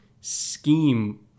scheme